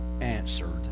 answered